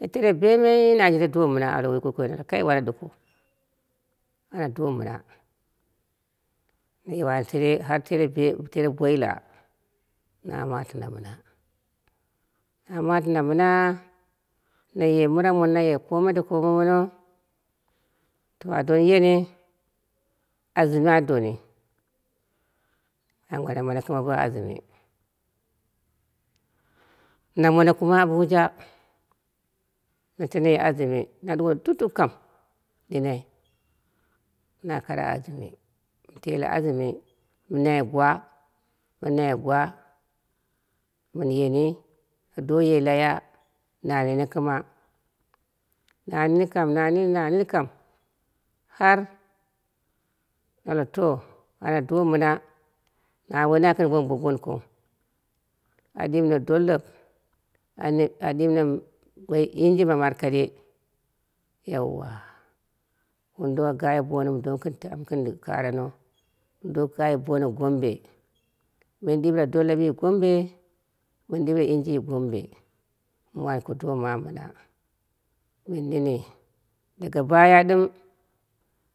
la tere bemei na jinda do mɨna a ɓale woi goko yikɨu na ɓale wano ɗukou ana do mɨna wawa tere bemei tere boila na matina mɨna, naye mɨra mono naye kome da komei mono a doni yeni ajimi a doni, angu a na mano kɨma bo ajimi na kɨma abuja na tano ye ajimi, na ɗuwono duduk kanu nene na kara ajimi, mɨ teghle ajimi mɨ nai gwa mɨ nai gwa don yeni wu do ye laiya na nane kɨma na nini na nini kam har na ɓale to ana do mɨna na woi na gɨn wom bo bonkou a ɗinno donlop, a ɗinno woi inji ma markaɗe yauwa wun dowa gaye bono mɨn doma gɨn kagharano wun do gaya bomo gombe mɨn ɗura donlopi gombe wun ɗura injii gombe mɨn doma mɨn nini daga baya ɗɨm